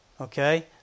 Okay